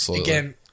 again